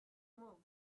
move